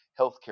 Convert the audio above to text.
healthcare